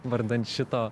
vardan šito